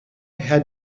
had